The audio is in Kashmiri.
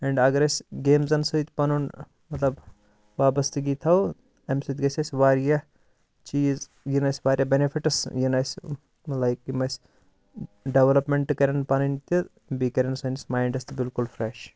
اینٛڈ اگر أسۍ گیمزَن سۭتۍ پَنُن مَطلب وابستٕگی تھاوو امہِ سۭتۍ گَژھِ اسہِ واریاہ چیٖز یِن اسہِ واریاہ بینِفِٹٕس یِن اسہِ لایِک یِم اسہِ ڈیولپمینٛٹ کَرن پَنٕنۍ تہِ بیٚیہِ کَرن سٲنِس مایِنٛڈَس تہِ بِلکُل فرٛیش